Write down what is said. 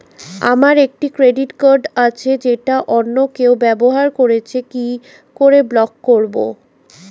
আমার একটি credit card আছে যেটা অন্য কেউ ব্যবহার করছে কি করে ব্লক করবো?